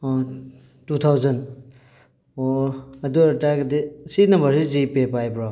ꯑꯣ two thousand ꯑꯣ ꯑꯗꯨ ꯑꯣꯏꯇꯥꯔꯒꯗꯤ ꯁꯤ ꯅꯝꯕꯔꯁꯦ ꯖꯤꯄꯦ ꯄꯥꯏꯕ꯭ꯔꯣ